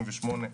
בן 38,